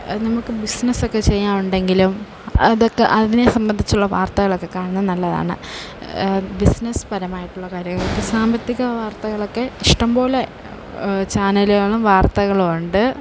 നമുക്ക് ബിസിനസക്കെ ചെയ്യാൻ ഉണ്ടെങ്കിലും അതൊക്കെ അതിനെ സംബന്ധിച്ചുള്ള വാർത്തകളൊക്കെ കാണുന്ന നല്ലതാണ് ബിസിനസ്സ് പരമായിട്ടുള്ള കാര്യങ്ങൾക്ക് സാമ്പത്തിക വാർത്തകളൊക്കെ ഇഷ്ടം പോലെ ചാനലുകളും വാർത്തകളുമുണ്ട്